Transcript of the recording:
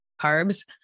carbs